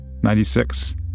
96